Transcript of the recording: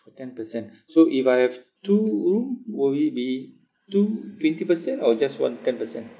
orh ten percent so if I have two room will it be two twenty percent or just one ten percent